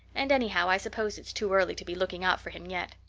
and anyhow i suppose it's too early to be looking out for him yet.